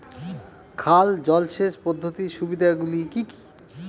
খাল জলসেচ পদ্ধতির সুবিধাগুলি কি কি?